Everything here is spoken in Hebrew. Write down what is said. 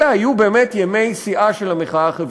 אלה היו באמת ימי שיאה של המחאה החברתית.